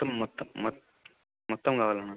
మొత్తం మొత్తం మొత్తం మొత్తం కావాలన్న